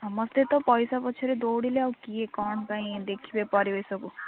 ସମସ୍ତେ ତ ପଇସା ପଛରେ ଦୌଡ଼ିଲେ ଆଉ କିଏ କ'ଣ ପାଇଁ ଦେଖିବେ ପରିବେଶକୁ